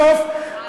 בסוף,